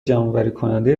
جمعآوریکننده